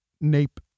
nape